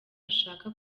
ashaka